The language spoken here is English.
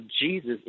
Jesus